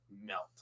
melt